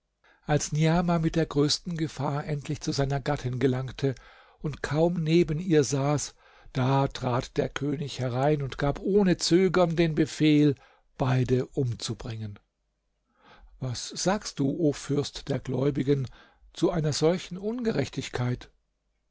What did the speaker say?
als niamah mit der größten gefahr endlich zu seiner gattin gelangte und kaum neben ihr saß da trat der könig herein und gab ohne zögern den befehl beide umzubringen was sagst du o fürst der gläubigen zu einer solchen ungerechtigkeit